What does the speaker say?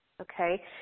okay